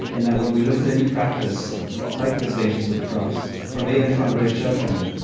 in that when we look at any practice like the stations of the cross for me, i found great shelter in it.